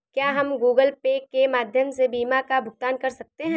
क्या हम Google Pay के माध्यम से बीमा का भुगतान कर सकते हैं?